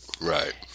Right